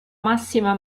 massima